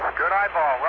good eyeball, well